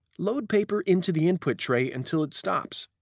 load paper into the input tray until it stops.